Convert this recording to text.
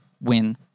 win